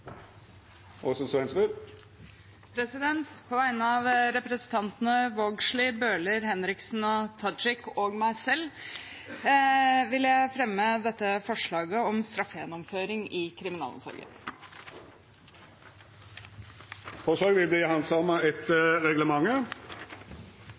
eit representantforslag. På vegne av representantene Lene Vågslid, Jan Bøhler, Kari Henriksen, Hadia Tajik og meg selv vil jeg fremme forslag om straffegjennomføring i kriminalomsorgen. Forslaget vil verta handsama